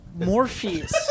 Morpheus